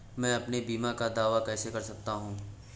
मैं अपने बीमा का दावा कैसे कर सकता हूँ?